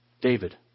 David